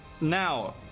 Now